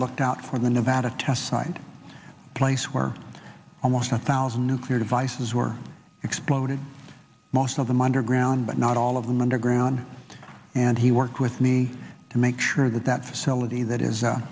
looked out for the nevada test site a place where almost a thousand nuclear devices were exploded most of them underground but not all of them underground and he worked with me to make sure that that facility that is a